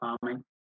farming